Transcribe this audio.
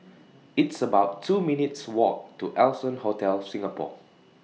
It's about two minutes' Walk to Allson Hotel Singapore